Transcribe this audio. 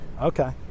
Okay